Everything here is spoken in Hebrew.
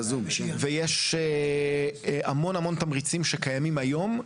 ויש המון תמריצים שקיימים היום,